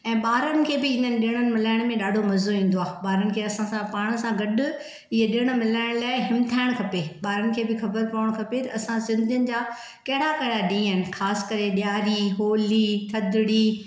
ऐं ॿारनि खे बि इननि ॾिणनि मल्हाइण में ॾाढो मज़ो ईंदो आहे ॿारनि खे असां सां पाण सां गॾु इहे ॾिण मल्हाइण लाई हिमथाइण खपे ॿारनि खे बि ख़बर पवण खपे असां सिन्धीयुनि जा कहिड़ा कहिड़ा ॾींहुं आहिनि ख़ास करे ॾियारी होली थदड़ी